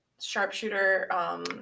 Sharpshooter